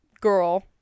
girl